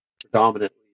predominantly